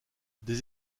des